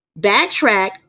Backtrack